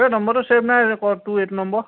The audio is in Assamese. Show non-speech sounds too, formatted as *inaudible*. এই নম্বৰটো চেভ নাই যে *unintelligible* তোৰ এইটো নম্বৰ